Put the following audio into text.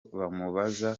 bamubaza